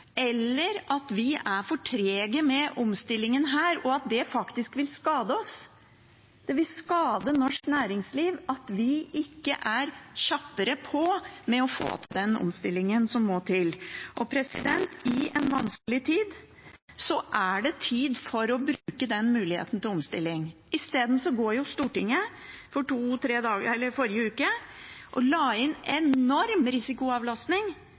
eller at vi er for trege med omstillingen her, og at det faktisk vil skade oss. Det vil skade norsk næringsliv at vi ikke er kjappere med å få til den omstillingen som må til. I en vanskelig tid er det tid for å bruke den muligheten til omstilling. Isteden